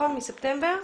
הסתגלות.